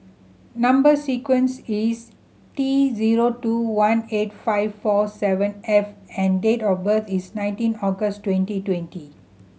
number sequence is T zero two one eight five four seven F and date of birth is nineteen August twenty twenty